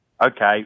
okay